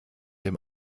dem